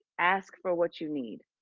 ask for what you need.